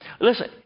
listen